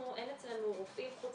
אין אצלנו רופאים חוץ